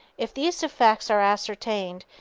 if these defects are ascertained,